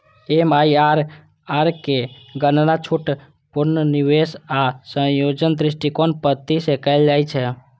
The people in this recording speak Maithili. एम.आई.आर.आर केर गणना छूट, पुनर्निवेश आ संयोजन दृष्टिकोणक पद्धति सं कैल जाइ छै